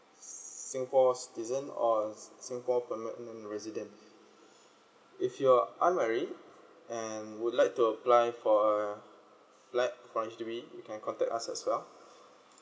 singapore's citizen or singapore permanent resident if you are unmarry and would like to apply for like H_D_B you can contact us as well